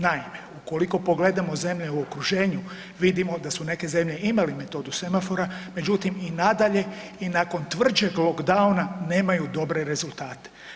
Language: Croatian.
Naime, ukoliko pogledamo zemlje u okruženju vidimo da su neke zemlje imale metodu semafora, međutim i nadalje i nakon tvrđeg lockdowna nemaju dobre rezultate.